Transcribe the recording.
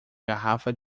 garrafa